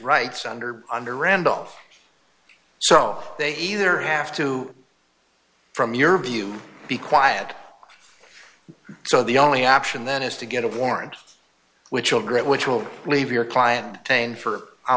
rights under under randolph so they either have to from your view be quiet so the only option then is to get a warrant which will get which will leave your client pain for how